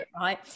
right